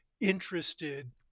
interested